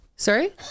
Sorry